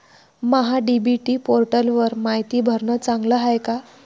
महा DBT पोर्टलवर मायती भरनं चांगलं हाये का?